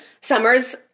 Summer's